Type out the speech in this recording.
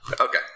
Okay